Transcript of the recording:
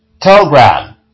Telegram